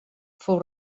fou